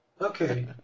Okay